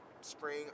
spring